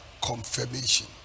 confirmation